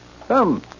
Come